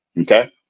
okay